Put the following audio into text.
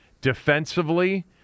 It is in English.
defensively